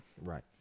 right